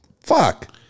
Fuck